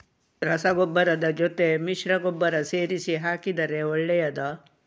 ರಸಗೊಬ್ಬರದ ಜೊತೆ ಮಿಶ್ರ ಗೊಬ್ಬರ ಸೇರಿಸಿ ಹಾಕಿದರೆ ಒಳ್ಳೆಯದಾ?